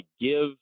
give